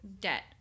debt